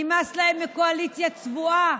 נמאס להם מקואליציה צבועה